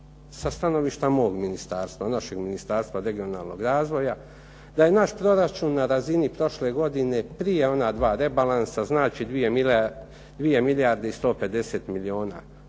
sa stanovišta mog ministarstva, našeg Ministarstva regionalnog razvoja da je naš proračun na razini prošle godine prije ona 2 rebalansa, znači 2 milijarde i 150 milijuna kuna